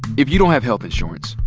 if you don't have health insurance,